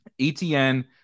ETN